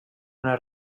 una